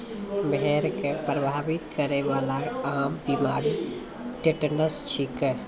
भेड़ क प्रभावित करै वाला आम बीमारी टिटनस छिकै